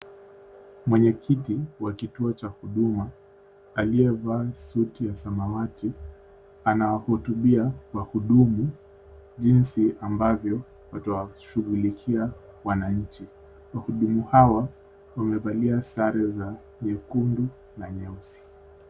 Mwenyekiti wa kituo cha huduma aliyevaa suti ya samawati, anawahutubia wahudumu jinsi ambavyo watawashughulikia wananchi. Wahudumu hawa wamevalia sare za nyekundu na nyeusi.